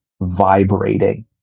vibrating